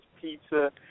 pizza